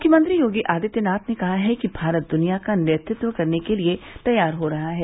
मुख्यमंत्री योगी आदित्यनाथ ने कहा है कि भारत द्वनिया का नेतृत्व करने के लिए तैयार हो रहा है